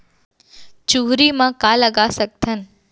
चुहरी म का लगा सकथन?